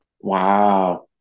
Wow